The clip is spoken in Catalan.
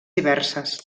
diverses